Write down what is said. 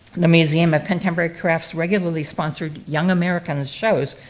the museum of contemporary crafts regularly sponsored young american shows,